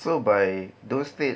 so by those dates